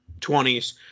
20s